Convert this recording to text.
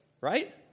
right